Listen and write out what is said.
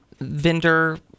vendor